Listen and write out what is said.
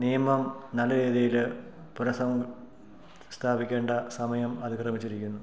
നിയമം നല്ല രീതിയിൽ പുരസം സ്ഥാപിക്കേണ്ട സമയം അതിക്രമിച്ചിരിക്കുന്നു